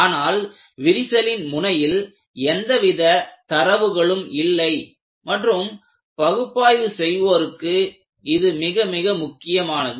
ஆனால் விரிசலின் முனையில் எந்த வித தரவுகளும் இல்லை மற்றும் பகுப்பாய்வு செய்வோருக்கு இது மிக மிக முக்கியமானது